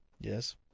Yes